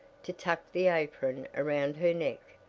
to tuck the apron around her neck,